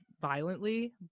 violently